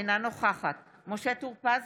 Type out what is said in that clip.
אינה נוכחת משה טור פז,